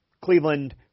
Cleveland